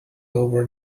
over